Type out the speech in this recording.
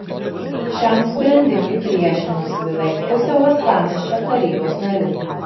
šiam sprendimui priešinosi beveik pusė uostamiesčio tarybos narių